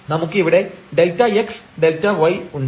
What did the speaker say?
നമുക്ക് ഇവിടെ Δx Δy ഉണ്ട്